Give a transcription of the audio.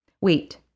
Wait